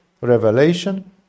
revelation